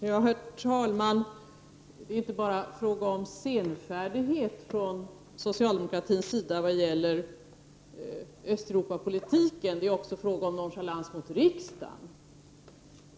Herr talman! Det är inte bara fråga om senfärdighet från socialdemokratins sida när det gäller Östeuropapolitiken — det är också fråga om nonchalans mot riksdagen.